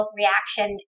reaction